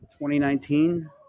2019